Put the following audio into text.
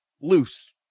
loose